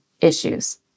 issues